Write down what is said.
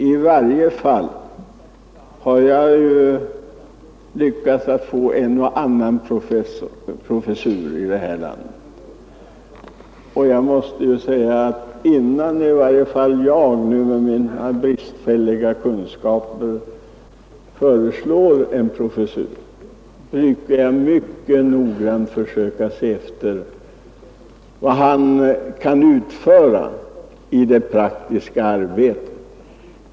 I varje fall har jag ju lyckats att få en och annan professur inrättad i det här landet, och innan jag med mina bristfälliga kunskaper föreslår en professur brukar jag mycket noggrant försöka se efter, vad den tilltänkte professorn kan utföra i det praktiska arbetet.